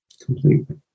Completely